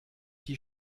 die